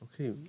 okay